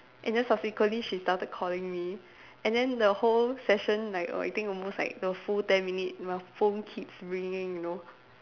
and then subsequently she started calling me and then the whole session like err I think almost like a full ten minutes my phone keeps ringing you know